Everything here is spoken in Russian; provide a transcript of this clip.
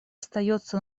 остается